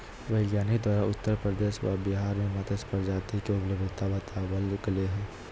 वैज्ञानिक द्वारा उत्तर प्रदेश व बिहार में मत्स्य प्रजाति के उपलब्धता बताबल गले हें